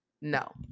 No